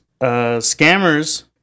scammers